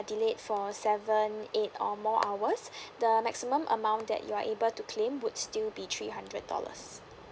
delayed for seven eight or more hours the maximum amount that you are able to claim would still be three hundred dollars